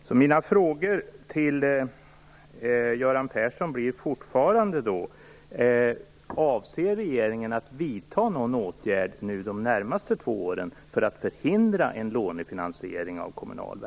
Så min fråga till Göran Persson blir fortfarande: